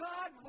God